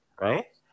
Right